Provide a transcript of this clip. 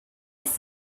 his